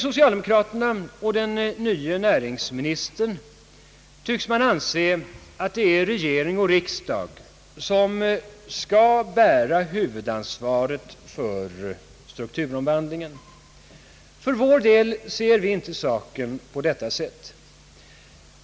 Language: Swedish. Socialdemokraterna och den nye näringsministern tycks anse att det är regering och riksdag som skall bära huvudansvaret för strukturomvandlingen. För vår del ser vi inte saken på detta sätt.